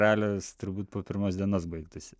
ralis turbūt po pirmos dienos baigtųsi